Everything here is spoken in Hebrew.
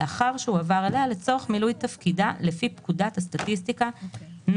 לאחר שהועבר אליה לצורך מילוי תפקידה לפי פקודת הסטטיסטיקה ,